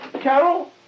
Carol